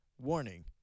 Warning